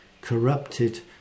corrupted